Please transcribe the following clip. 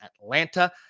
Atlanta